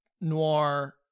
noir